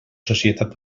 societat